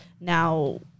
Now